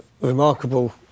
remarkable